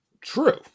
True